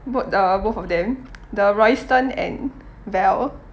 bo~ the both of them the royston and vel